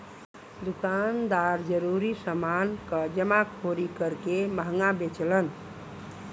दुकानदार जरूरी समान क जमाखोरी करके महंगा बेचलन